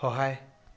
সহায়